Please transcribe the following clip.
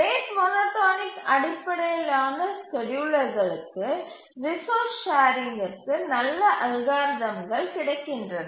rate monotonic அடிப்படையிலான ஸ்கேட்யூலர்களுக்கு resource ஷேரிங்கிற்கு நல்ல அல்காரிதம்கள் கிடைக்கின்றன